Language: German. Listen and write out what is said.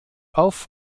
auf